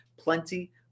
plenty